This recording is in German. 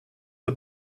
nur